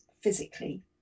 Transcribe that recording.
physically